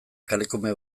kalekume